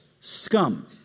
scum